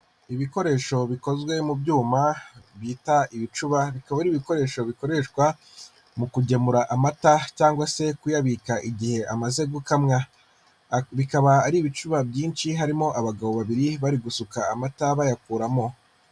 Ibikoresho bikozwe mu byuma bita ibicuba bikaba ari ibikoresho bikoreshwa mu kugemura amata cyangwa se kuyabika igihe amaze gukamwa, bikaba ari ibicuba byinshi harimo abagabo babiri bari gusuka amata bayakuramo.